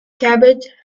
cabbage